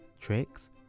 Tricks